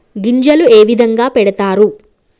గింజలు ఏ విధంగా పెడతారు?